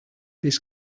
this